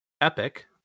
epic